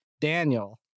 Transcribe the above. Daniel